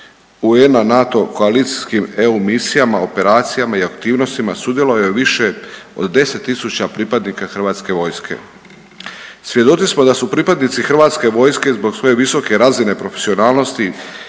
UN-a NATO koalicijskim EU misijama, operacijama i aktivnostima sudjelovalo je više od 10.000 pripadnika hrvatske vojske. Svjedoci smo da su pripadnici hrvatske vojske zbog svoje visoke razine profesionalnosti